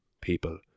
people